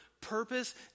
purpose